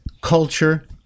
culture